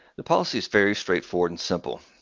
the policy is very straightforward and simple.